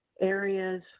areas